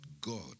God